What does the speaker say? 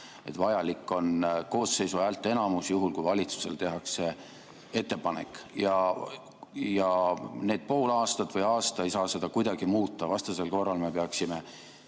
vajalik on koosseisu häälteenamus, juhul kui valitsusele tehakse ettepanek. Need pool aastat või aasta ei saa seda kuidagi muuta. Vastasel korral me peaksime